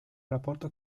rapporto